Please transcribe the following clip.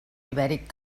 ibèric